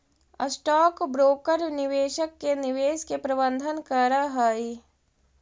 stock broker निवेशक के निवेश के प्रबंधन करऽ हई